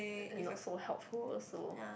and not so helpful also